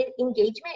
engagement